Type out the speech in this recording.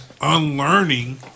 unlearning